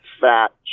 fat